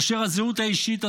כאשר הזהות האישית,